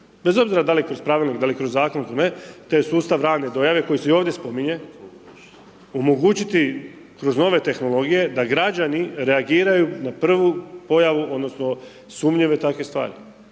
bez obzira da li kroz pravilnik, da li kroz zakon, .../Govornik se ne razumije./... to je sustav rane dojave koji se i ovdje spominje, omogućiti kroz nove tehnologije da građani reagiraju na prvu pojavu odnosno sumnjive takve stvari,